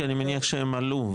כי אני מניח שהם עלו,